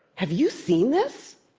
have you seen this?